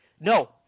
No